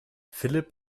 philipp